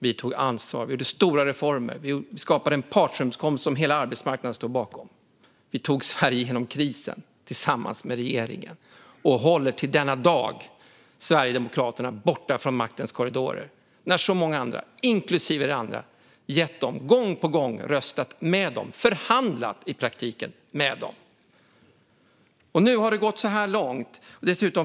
Vi tog ansvar och gjorde stora reformer. Vi skapade en partsöverenskommelse som hela arbetsmarknaden står bakom. Vi tog Sverige genom krisen tillsammans med regeringen och håller till denna dag Sverigedemokraterna borta från maktens korridorer. Det gör vi när så många andra, inklusive ni själva, gång på gång röstat med dem och i praktiken förhandlat med dem. Nu har det gått så här långt.